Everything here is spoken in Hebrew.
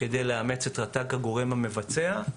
כדי לאמץ את רט"ג כגורם המבצע.